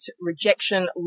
rejection